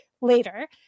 later